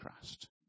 Christ